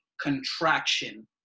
contraction